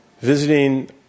visiting